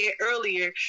earlier